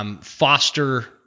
foster